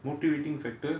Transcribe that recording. motivating factor